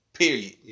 Period